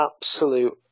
absolute